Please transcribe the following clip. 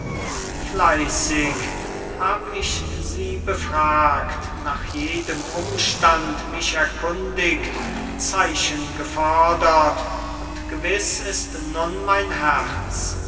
fleißig hab ich sie befragt nach jedem umstand mich erkundigt zeichen gefordert und gewiß ist nun mein herz